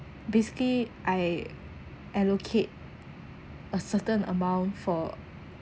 basically I allocate a certain amount for